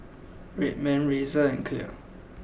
Red Man Razer and Clear